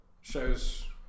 shows